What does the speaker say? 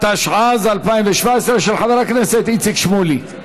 התשע"ז 2017, של חבר הכנסת איציק שמולי.